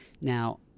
Now